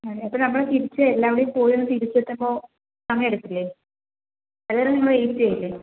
അതെ അപ്പോൾ നമ്മള് തിരിച്ച് എല്ലായിടവും പോയി തിരിച്ചെത്തുമ്പോൾ സമയമെടുക്കില്ലേ അതുവരെ നിങ്ങൾ വെയിറ്റ് ചെയ്യില്ലെ